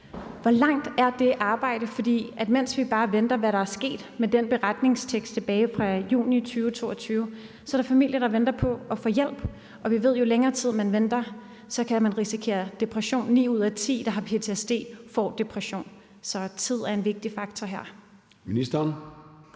Hvor langt er det arbejde? For mens vi bare venter på, hvad der er sket med den beretningstekst tilbage fra juni 2022, er der familier, der venter på at få hjælp, og vi ved, at venter man længere tid, kan man risikere depression. Ni ud af ti, der har ptsd, får depression, så tid er en vigtig faktor her. Kl.